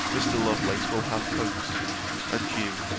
mr. lovelace will have hopes and you,